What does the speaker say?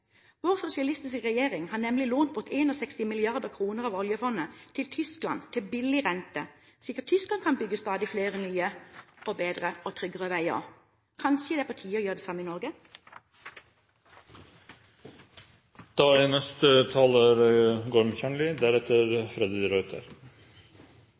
Vår sosialistiske regjering har nemlig lånt bort 61 mrd. kr av oljefondet til Tyskland til billig rente, slik at Tyskland kan bygge stadig flere nye, bedre og tryggere veier. Kanskje det er på tide å gjøre det samme i Norge? Det er